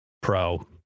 pro